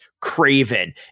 Craven